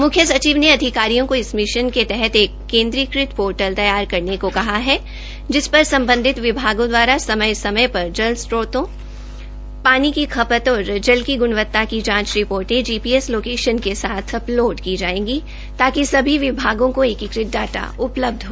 मुख्यसचिव ने अधिकारियों को इन मिश्न के तहत एक केन्द्रीयकृतपोर्टल तैयार करने को कहा है जिस पर सम्बधित विभागों दवारा समय समय पर जल स्त्रोंतों पानी की खपत और जल की गुणवता की जांच रिपोर्ट जीपीएस लोकेशन के साथ अपलोड़ की जायेगी ताकि सभी विभागों को एकीकृत डाटा उपलब्ध हो सके